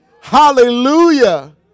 Hallelujah